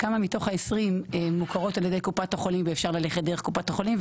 כמה מתוך ה-20 מוכרות על ידי קופת החולים ואפשר ללכת מקופת החולים,